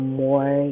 more